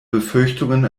befürchtungen